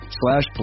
slash